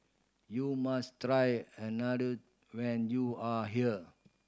you must try Unadon when you are here